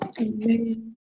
Amen